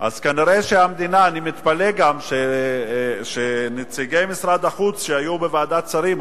אני גם מתפלא שנציגי משרד החוץ שהיו בוועדת שרים,